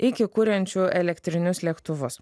iki kuriančių elektrinius lėktuvus